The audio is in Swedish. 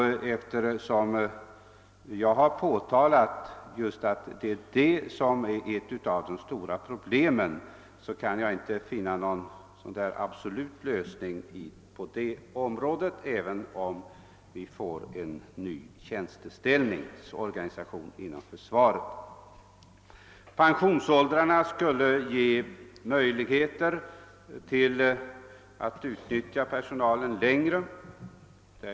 Eftersom jag har påtalat just att det är detta som är ett av de stora problemen, kan jag inte finna att det blir någon absolut lösning på detta område genom att vi får en ny tjänsteställningsorganisation inom försvaret. De höjda pensionsåldrarna skall ge möjlighet att utnyttja personalen längre, säger statsrådet.